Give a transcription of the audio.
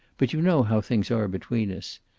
but you know how things are between us.